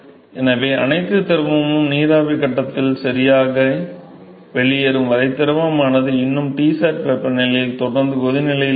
எனவே அனைத்து திரவமும் நீராவி கட்டத்தில் சரியாக வெளியேறும் வரை திரவமானது இன்னும் Tsat வெப்பநிலையில் தொடர்ந்து கொதிநிலையில் இருக்கும்